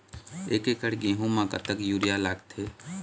एक एकड़ गेहूं म कतक यूरिया लागथे?